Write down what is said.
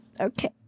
okay